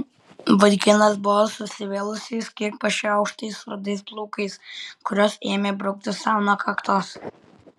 vaikinas buvo susivėlusiais kiek pašiauštais rudais plaukais kuriuos ėmė braukti sau nuo kaktos